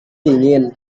dingin